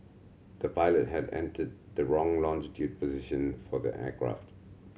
the pilot had entered the wrong longitudinal position for the aircraft